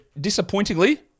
disappointingly